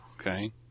Okay